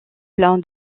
plein